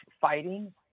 fighting